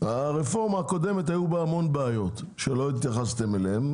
הרפורמה הקודמת היו בה המון בעיות שלא התייחסתם אליהם,